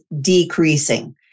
decreasing